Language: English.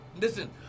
listen